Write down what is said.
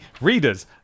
readers